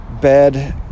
bed